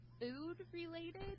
food-related